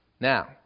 Now